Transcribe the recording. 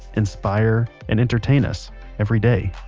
inspire, and entertain us every day